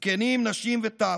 זקנים, נשים וטף,